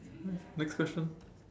next question